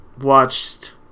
watched